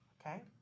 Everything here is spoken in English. Okay